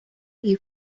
you